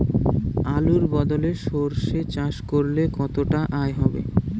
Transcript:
আলুর বদলে সরষে চাষ করলে কতটা আয় হবে?